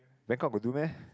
makeup will do meh